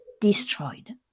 destroyed